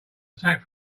attack